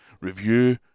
Review